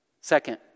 Second